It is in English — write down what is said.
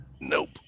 Nope